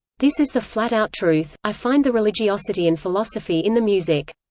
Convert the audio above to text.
this is the flat-out truth i find the religiosity and philosophy in the music.